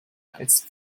als